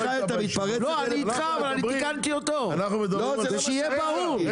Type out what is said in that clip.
מיכאל, אתה מתפרץ לדלת פתוחה, זה לא מה שאמרתי.